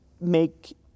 make